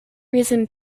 reason